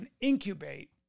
incubate